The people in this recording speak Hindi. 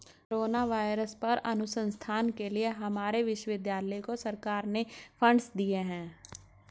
कोरोना वायरस पर अनुसंधान के लिए हमारे विश्वविद्यालय को सरकार ने फंडस दिए हैं